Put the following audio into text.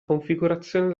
configurazione